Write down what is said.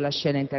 tacere